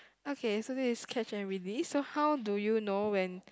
okay so this is catch and release so how do you know when